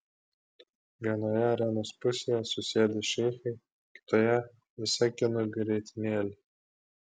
vienoje arenos pusėje susėdę šeichai kitoje visa kinų grietinėlė